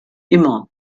immer